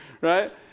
right